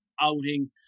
outing